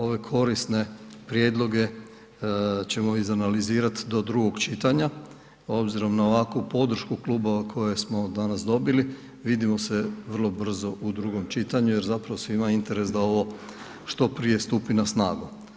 Ove korisne prijedloge ćemo izanalizirati do drugog čitanja, obzirom na ovakvu podršku klubova koje smo danas dobili, vidimo se vrlo brzo u drugom čitanju jer zapravo svima je interes da ovo što prije stupi na snagu.